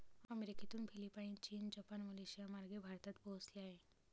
अमेरिकेतून फिलिपाईन, चीन, जपान, मलेशियामार्गे भारतात पोहोचले आहे